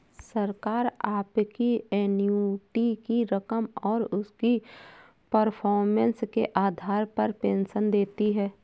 सरकार आपकी एन्युटी की रकम और उसकी परफॉर्मेंस के आधार पर पेंशन देती है